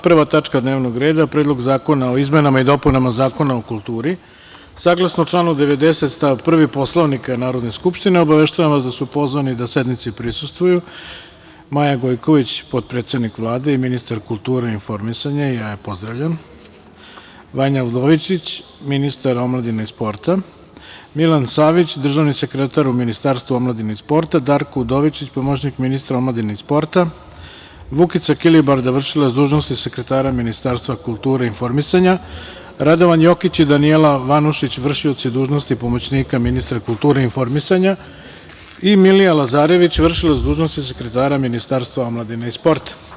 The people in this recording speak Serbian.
Prva tačka dnevnog reda – PREDLOG ZAKONA O IZMENAMA I DOPUNAMA ZAKONA O KULTURI Saglasno članu 90. stav 1. Poslovnika Narodne skupštine, obaveštavam vas da su pozvani da sednici prisustvuju: Maja Gojković, potpredsednik Vlade i ministar kulture i informisanja, pozdravljam je; Vanja Udovičić, ministar omladine i sporta; Milan Savić, državni sekretar u Ministarstvu omladine i sporta; Darko Udovičić, pomoćnik ministra omladine i sporta; Vukica Kilibarda, vršilac dužnosti sekretara Ministarstva kulture i informisanja; Radovan Jokić i Danijela Vanušić, vršioci dužnosti pomoćnika ministra kulture i informisanja; i Milija Lazarević, vršilac dužnosti sekretara Ministarstva omladine i sporta.